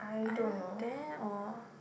either there or